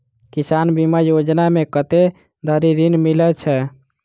किसान बीमा योजना मे कत्ते धरि ऋण मिलय छै?